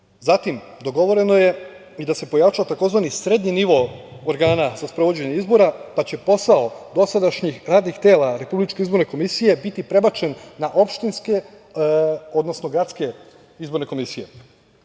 listu. Zatim, dogovoreno je i da se pojača takozvani srednji nivo organa za sprovođenje izbora, pa će posao dosadašnjih radnih tela RIK biti prebačen na opštinske, odnosno gradske izborne komisije.